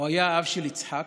הוא היה האב של יצחק